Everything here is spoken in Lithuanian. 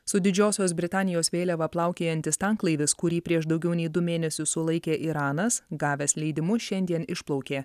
su didžiosios britanijos vėliava plaukiojantis tanklaivis kurį prieš daugiau nei du mėnesius sulaikė iranas gavęs leidimus šiandien išplaukė